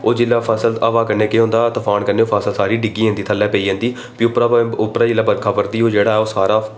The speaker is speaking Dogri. ओह् जिसलै फसल हवा कन्नै केह् होंदा तुफान कन्नै फसल सारी डि'ग्गी जंदी थल्लै पेई जंदी फ्ही उप्परा जिसलै बर्खा ब'रदीओह् जेह्ड़ा ऐ ओह् सारा